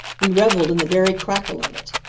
we reveled in the very crackle of it.